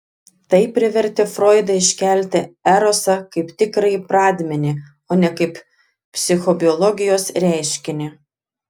tai privertė froidą iškelti erosą kaip tikrąjį pradmenį o ne kaip psichobiologijos reiškinį